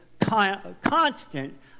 constant